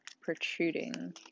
protruding